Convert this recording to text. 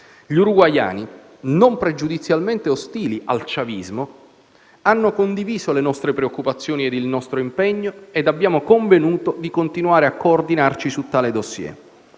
Gli uruguaiani, non pregiudizialmente ostili al chavismo, hanno condiviso le nostre preoccupazioni e il nostro impegno e abbiamo convenuto di continuare a coordinarci su tale *dossier*.